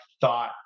thought